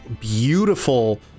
beautiful